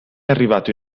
arrivato